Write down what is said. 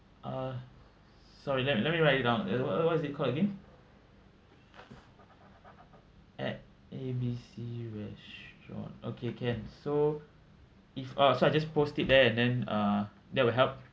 uh sorry let me let me write it down what is it called again at A B C restaurant okay can so if uh so I just post it there and then uh that will help